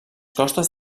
costes